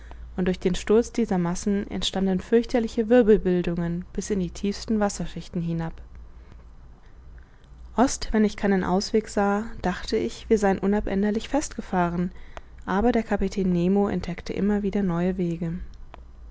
und durch den sturz dieser massen entstanden fürchterliche wirbelbildungen bis in die tiefsten wasserschichten hinab ost wenn ich keinen ausweg sah dachte ich wir seien unabänderlich festgefahren aber der kapitän nemo entdeckte immer wieder neue wege